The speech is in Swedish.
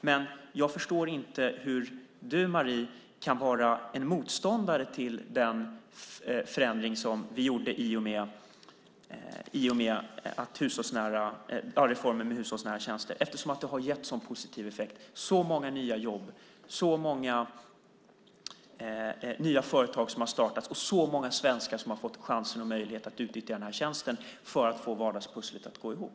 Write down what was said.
Men jag förstår inte hur du, Marie, kan vara en motståndare till den förändring som vi gjorde genom reformen med hushållsnära tjänster eftersom den har gett en så positiv effekt, så många nya jobb och så många nya företag. Den har gett många svenskar chansen och möjligheten att utnyttja den här tjänsten för att få vardagspusslet att gå ihop.